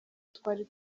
twari